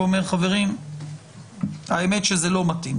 ואומר שזה לא מתאים.